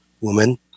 woman